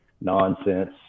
nonsense